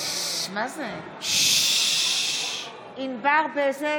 נגד ענבר בזק,